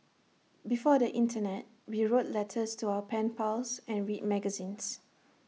before the Internet we wrote letters to our pen pals and read magazines